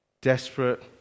desperate